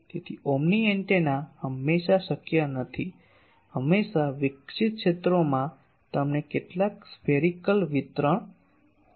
તેથી omni antenna હંમેશા શક્ય નથી હંમેશા વિકસિત ક્ષેત્રોમાં તેમને કેટલાક સ્ફેરીકલ વિતરણ હોય છે